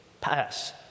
pass